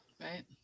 Right